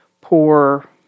poor